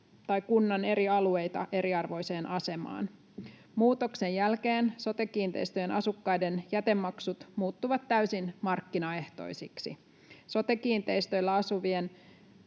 tai kunnan eri alueita eriarvoiseen asemaan. Muutoksen jälkeen sote-kiinteistöjen asukkaiden jätemaksut muuttuvat täysin markkinaehtoisiksi. Sote-kiinteistöissä asuvien